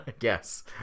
Yes